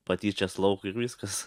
patyčias lauk viskas